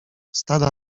stada